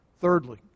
Thirdly